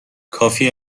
کافی